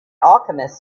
alchemist